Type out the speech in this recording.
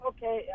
Okay